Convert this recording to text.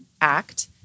Act